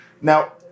Now